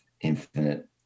infinite